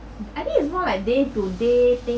I think it's more like day to day thing